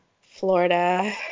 florida